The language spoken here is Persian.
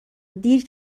دیر